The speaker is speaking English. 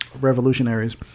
revolutionaries